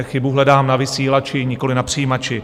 Chybu hledám na vysílači, nikoli na přijímači.